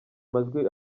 majwi